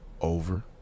over